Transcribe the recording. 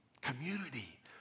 Community